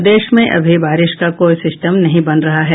प्रदेश में अभी बारिश का कोई सिस्टम नहीं बन रहा है